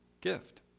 gift